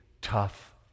tough